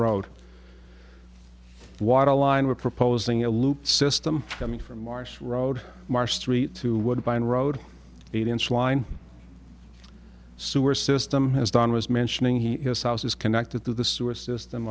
road water line we're proposing a loop system coming from marsh road mar street to woodbine road eight inch line sewer system has done was mentioning he has houses connected to the sewer system